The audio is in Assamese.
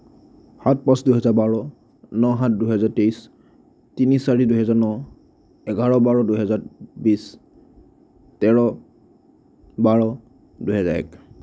সাত পাঁচ দুহেজাৰ বাৰ ন সাত দুহেজাৰ তেইছ তিনি চাৰি দুহেজাৰ ন এঘাৰ বাৰ দুহেজাৰ বিশ তেৰ বাৰ দুহেজাৰ এক